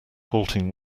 halting